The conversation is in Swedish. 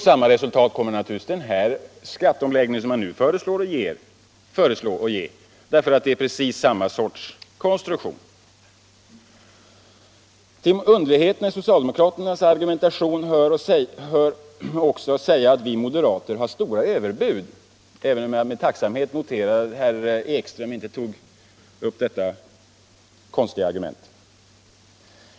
Samma resultat kommer naturligtvis den skatteomläggning som man nu föreslår att ge, eftersom konstruktionen är precis densamma. Till underligheterna i socialdemokraternas argumentation hör också att säga att vi moderater har stora överbud, även om jag med tacksamhet noterar att herr Ekström inte tog upp detta konstiga argument.